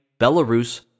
Belarus